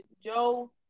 Joe